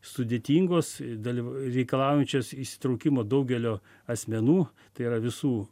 sudėtingos dalyv reikalaujančios įsitraukimo daugelio asmenų tai yra visų